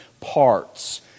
parts